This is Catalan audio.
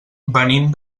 venim